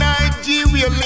Nigeria